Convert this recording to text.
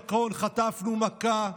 נכון, חטפנו מכה,